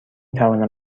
توانم